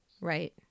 right